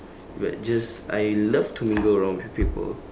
but just I love to mingle around with people